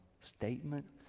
statement